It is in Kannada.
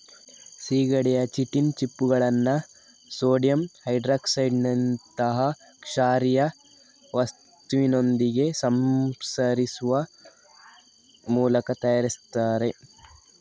ಸೀಗಡಿಯ ಚಿಟಿನ್ ಚಿಪ್ಪುಗಳನ್ನ ಸೋಡಿಯಂ ಹೈಡ್ರಾಕ್ಸೈಡಿನಂತಹ ಕ್ಷಾರೀಯ ವಸ್ತುವಿನೊಂದಿಗೆ ಸಂಸ್ಕರಿಸುವ ಮೂಲಕ ತಯಾರಿಸ್ತಾರೆ